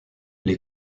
les